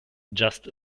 just